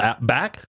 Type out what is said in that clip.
back